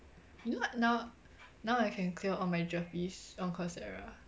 you know what now now I can clear all my GERPEs on coursera